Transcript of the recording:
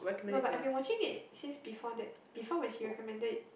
no but I've been watching it since before that before when she recommended it